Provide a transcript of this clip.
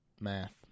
Math